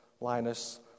Linus